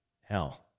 hell